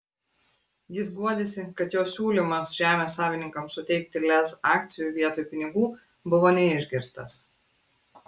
jis guodėsi kad jo siūlymas žemės savininkams suteikti lez akcijų vietoj pinigų buvo neišgirstas